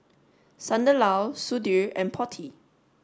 Sunderlal Sudhir and Potti